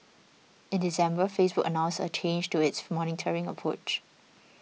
in December Facebook announced a change to its monitoring approach